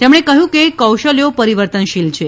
તેમણે કહ્યું હતું કે કૌશલ્યો પરિવર્તનશીલ છે